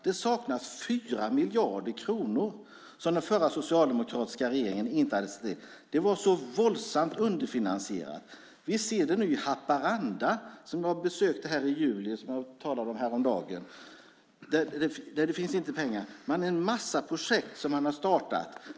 Det saknas 4 miljarder kronor som den förra socialdemokratiska regeringen inte hade avsatt. Det var så våldsamt underfinansierat. Vi ser det nu i Haparanda, som jag besökte i juli och som jag talade om häromdagen. Det finns inte pengar men en massa projekt som har startats.